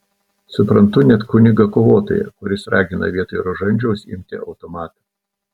suprantu net kunigą kovotoją kuris ragina vietoj rožančiaus imti automatą